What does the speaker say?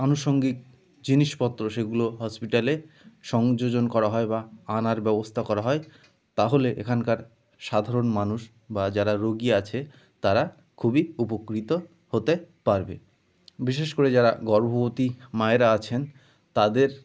আনুষঙ্গিক জিনিসপত্র সেগুলো হসপিটালে সংযোজন করা হয় বা আনার ব্যবস্থা করা হয় তাহলে এখানকার সাধারণ মানুষ বা যারা রোগী আছে তারা খুবই উপকৃত হতে পারবে বিশেষ করে যারা গর্ভবতী মায়েরা আছেন তাদের